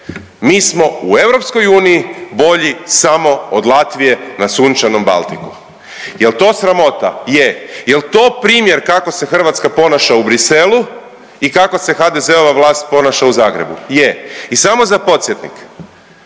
mi smo u EU bolji samo od Latvije na sunčanom Baltiku. Jel to sramota? Je. Jel to primjer kako se Hrvatska ponaša u Bruxellesu i kako se HDZ-ova vlast ponaša u Zagrebu? Je. I samo za podsjetnik,